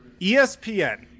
ESPN